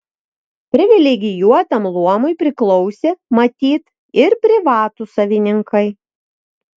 privilegijuotam luomui priklausė matyt ir privatūs savininkai